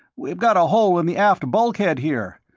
we got a hole in the aft bulkhead here.